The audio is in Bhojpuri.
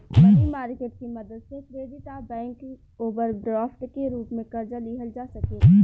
मनी मार्केट के मदद से क्रेडिट आ बैंक ओवरड्राफ्ट के रूप में कर्जा लिहल जा सकेला